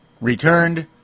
returned